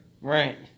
Right